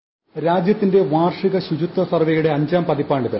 voice രാജ്യത്തിന്റെ വാർഷിക ശുചിത്വ സർവേയുടെ അഞ്ചാം പതിപ്പാണിത്